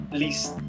least